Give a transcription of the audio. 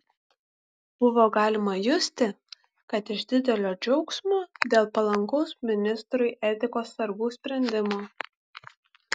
buvo galima justi kad iš didelio džiaugsmo dėl palankaus ministrui etikos sargų sprendimo